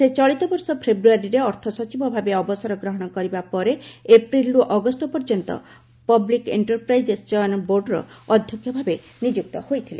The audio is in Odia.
ସେ ଚଳିତବର୍ଷ ଫେବୃୟାରୀରେ ଅର୍ଥ ସଚିବ ଭାବେ ଅବସର ଗ୍ରହଣ କରିବା ପରେ ଏପ୍ରିଲ୍ରୁ ଅଗଷ୍ଟ ପର୍ଯ୍ୟନ୍ତ ପବ୍ଲିକ୍ ଏକ୍ଷରପ୍ରାଇଜେସ୍ ଚୟନ ବୋର୍ଡର ଅଧ୍ୟକ୍ଷ ଭାବେ ନିଯୁକ୍ତ ହୋଇଥିଲେ